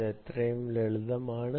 അത് അത്രയും ലളിതമാണ്